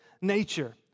nature